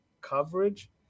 coverage